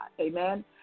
Amen